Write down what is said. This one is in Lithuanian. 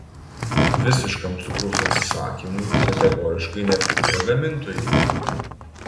visiškam cukraus atsisakymui kategoriškai nepritaria gamintojai